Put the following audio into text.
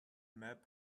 map